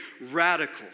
radical